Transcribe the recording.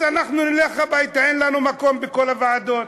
אז אנחנו נלך הביתה, אין לנו מקום בכל הוועדות.